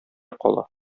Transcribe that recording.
кала